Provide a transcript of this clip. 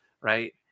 right